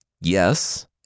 yes